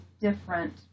different